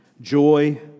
Joy